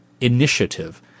initiative